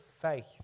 faith